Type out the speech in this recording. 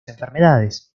enfermedades